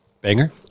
Banger